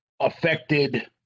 Affected